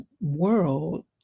world